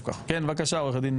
שבו פקיד או נבחר ציבור עושה משהו,